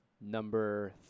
Number